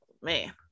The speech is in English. man